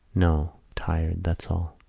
no, tired that's all.